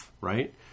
right